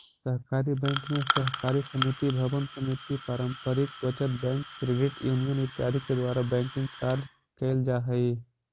सहकारी बैंक में सहकारी समिति भवन समिति पारंपरिक बचत बैंक क्रेडिट यूनियन इत्यादि के द्वारा बैंकिंग कार्य कैल जा हइ